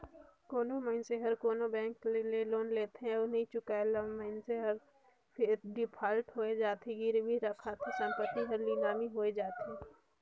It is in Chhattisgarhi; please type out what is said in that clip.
कोनो मइनसे हर कोनो बेंक ले लोन लेथे अउ नी चुकाय ता मइनसे हर डिफाल्टर होए जाथे, गिरवी रराखे संपत्ति हर लिलामी होए जाथे